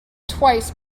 twice